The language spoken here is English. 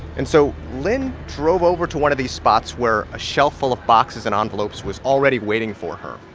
and so lynne drove over to one of these spots, where a shelf full of boxes and envelopes was already waiting for her.